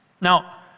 Now